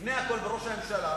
ולפני הכול בראש הממשלה,